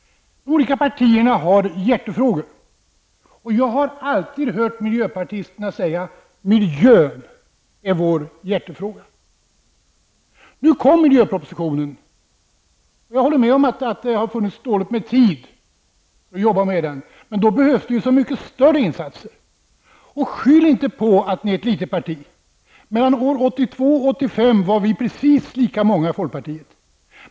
De olika partierna har hjärtefrågor. Jag har alltid hört miljöpartisterna säga att miljön är deras hjärtefråga. Nu kom miljöpropositionen. Jag håller med om att det har funnits dåligt med tid att arbeta med den. Då behövs det så mycket större insatser. Skyll inte på att miljöpartiet är ett litet parti. Mellan åren 1982 och 1985 var vi precis lika många i folkpartiet.